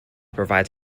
provides